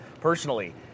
personally